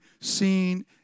seen